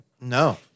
No